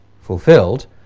fulfilled